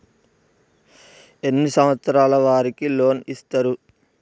ఎన్ని సంవత్సరాల వారికి లోన్ ఇస్తరు?